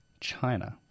China